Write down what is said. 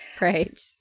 right